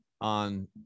on